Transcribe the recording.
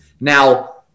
now